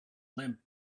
limp